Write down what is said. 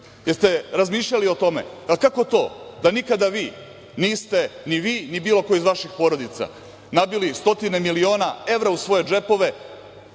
jeste li razmišljali o tome? A kako to da nikada vi niste, ni vi, ni bilo ko iz vaših porodica, nabili stotine miliona evra u svoje džepove